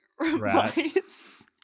Rats